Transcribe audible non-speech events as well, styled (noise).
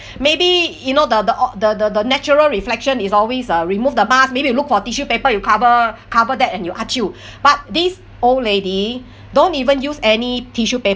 maybe you know the the au~ the the the natural reflection is always uh remove the mask maybe you look for a tissue paper you cover cover that and you (noise) but this old lady don't even use any tissue